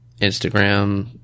Instagram